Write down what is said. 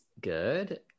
good